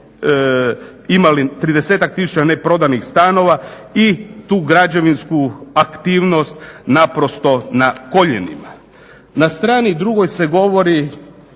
imali 30-ak tisuća neprodanih stanova i tu građevinsku aktivnost naprosto na koljenima. Na strani 2. se govori